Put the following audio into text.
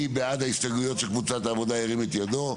מי בעד ההסתייגויות של קבוצת עבודה ירים את ידו?